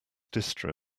distro